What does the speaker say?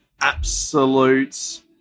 Absolute